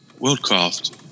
WorldCraft